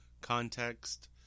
context